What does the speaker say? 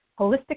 Holistic